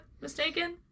mistaken